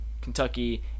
Kentucky